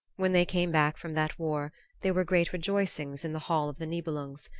when they came back from that war there were great rejoicings in the hall of the nibelungs,